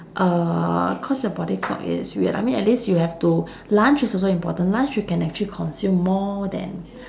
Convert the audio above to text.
uh cause your body clock is weird I mean at least you have to lunch is also important lunch you can actually consume more than